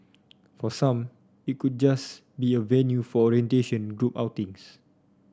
for some it could just be a venue for orientation group outings